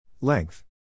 Length